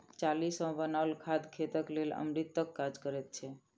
चाली सॅ बनाओल खाद खेतक लेल अमृतक काज करैत छै